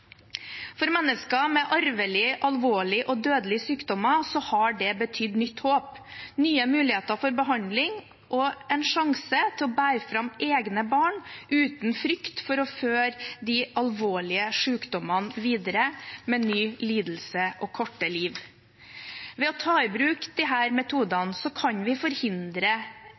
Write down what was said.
For mennesker med arvelige alvorlige og dødelige sykdommer har det betydd nytt håp, nye muligheter for behandling og en sjanse til å bære fram egne barn uten frykt for å føre de alvorlige sykdommene videre med ny lidelse og korte liv. Ved å ta i bruk disse metodene kan vi forhindre